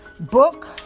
book